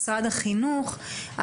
משרד החינוך,